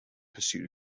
pursuit